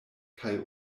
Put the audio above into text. kaj